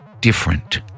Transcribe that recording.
different